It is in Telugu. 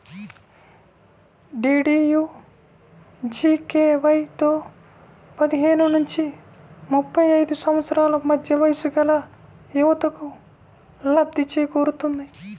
డీడీయూజీకేవైతో పదిహేను నుంచి ముప్పై ఐదు సంవత్సరాల మధ్య వయస్సుగల యువతకు లబ్ధి చేకూరుతుంది